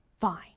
fine